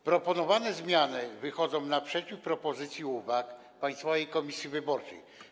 Proponowane zmiany wychodzą naprzeciw propozycjom i uwagom Państwowej Komisji Wyborczej.